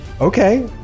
Okay